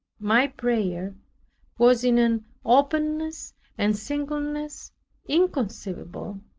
my prayer was in an openness and singleness inconceivable.